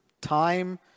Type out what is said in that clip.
time